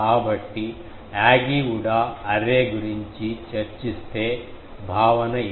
కాబట్టి Yagi Uda array గురించి చర్చిస్తే భావన ఇది